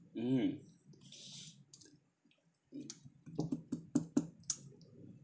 mm